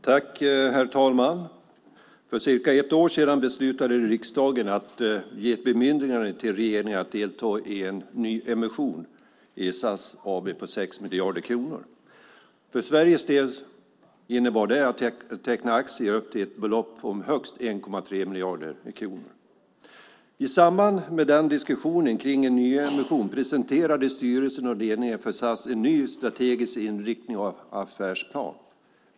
Herr talman! För cirka ett år sedan beslutade riksdagen att ge ett bemyndigande till regeringen att delta i en nyemission i SAS AB på 6 miljarder kronor. För Sveriges del innebar det att teckna aktier upp till ett belopp om högst 1,3 miljarder kronor. I samband med diskussionen om en nyemission presenterade styrelsen och ledningen för SAS en ny strategisk inriktning och affärsplan.